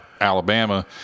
Alabama